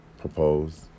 proposed